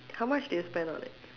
how much do you spend on it